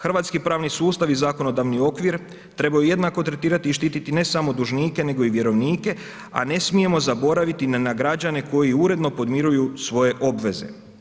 Hrvatski pravni sustav i zakonodavni okvir trebaju jednako tretirati i štiti ne samo dužnike nego i vjerovnike a ne smijemo zaboraviti na građane koji uredno podmiruju svoje obveze.